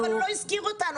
אבל הוא לא הזכיר אותנו.